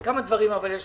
אבל כמה דברים אנחנו